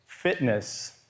Fitness